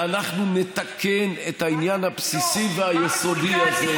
ואנחנו נתקן את העניין הבסיסי והיסודי הזה.